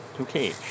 Okay